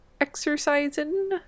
exercising